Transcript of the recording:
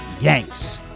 Yanks